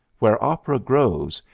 where opera grows,